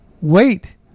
wait